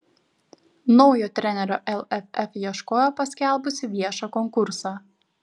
naujo trenerio lff ieškojo paskelbusi viešą konkursą